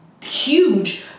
huge